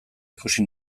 ikusi